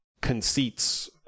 conceits